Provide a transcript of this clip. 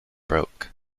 broke